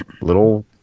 little